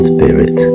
Spirit